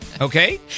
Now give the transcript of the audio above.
okay